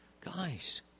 Guys